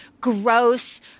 gross